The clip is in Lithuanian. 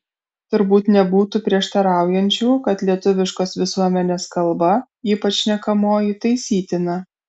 turbūt nebūtų prieštaraujančių kad lietuviškos visuomenės kalba ypač šnekamoji taisytina